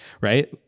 right